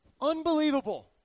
unbelievable